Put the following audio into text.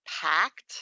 packed